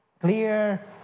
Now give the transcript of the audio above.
clear